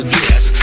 yes